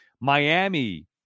Miami